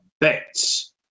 Bets